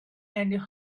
and